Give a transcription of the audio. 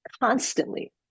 constantly